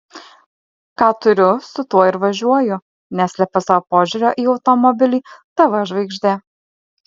ką turiu su tuo ir važiuoju neslepia savo požiūrio į automobilį tv žvaigždė